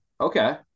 okay